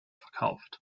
verkauft